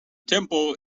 temple